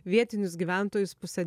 vietinius gyventojus pusę